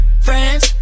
friends